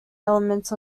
elements